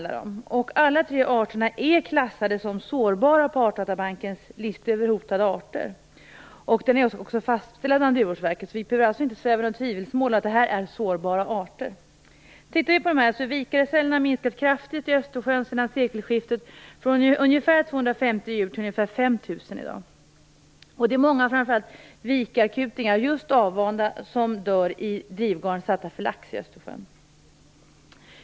Alla tre arter är klassade som sårbara på Artdatabankens lista över hotade arter. Detta är också fastställt av Naturvårdsverket, så vi behöver inte sväva i tvivelsmål när det gäller att detta är sårbara arter. Tittar vi på detta, kan vi se att vikarsälen har minskat kraftigt i Östersjön sedan sekelskiftet; från ungefär 250 000 djur till ungefär 5 000 i dag. Det är många just avvanda vikarkutingar som dör i drivgarn satta för lax i Östersjön.